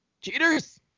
Cheaters